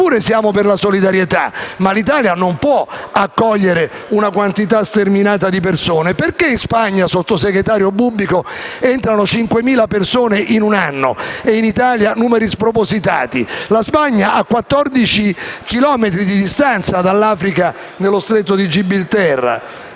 pure siamo per la solidarietà, ma l'Italia non può accogliere una quantità sterminata di persone. Perché in Spagna, vice ministro Bubbico, entrano 5.000 persone in un anno e in Italia abbiamo numeri spropositati? La Spagna dista dall'Africa 14 chilometri, nello Stretto di Gibilterra.